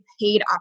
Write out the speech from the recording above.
paid